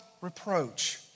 reproach